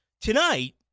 Tonight